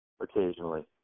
occasionally